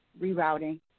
rerouting